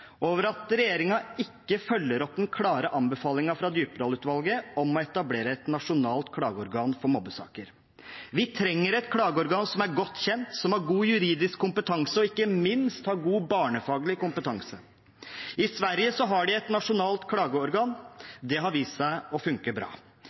over at regjeringen ikke følger opp den klare anbefalingen fra Djupedal-utvalget om å etablere et nasjonalt klageorgan for mobbesaker. Vi trenger et klageorgan som er godt kjent, som har god juridisk kompetanse og ikke minst god barnefaglig kompetanse. I Sverige har de et nasjonalt klageorgan.